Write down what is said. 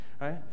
right